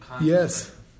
Yes